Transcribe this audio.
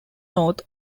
north